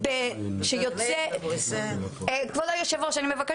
וגם כשהוא מגיע